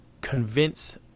convince